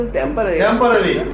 temporary